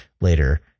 later